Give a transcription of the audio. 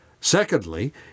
Secondly